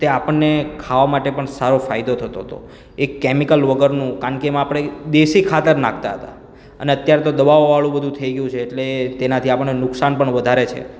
તે આપણને ખાવા માટે પણ સારો ફાયદો થતો હતો એક કેમિકલ વગરનું કારણ કે એમાં આપણે દેશી ખાતર નાખતા હતા અને અત્યારે તો દવાઓવાળું બધું થઈ ગયું છે એટલે તેનાથી આપણને નુકસાન પણ વધારે છે